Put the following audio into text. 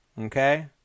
okay